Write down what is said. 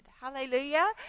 Hallelujah